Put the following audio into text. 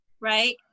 right